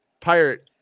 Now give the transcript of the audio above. Pirate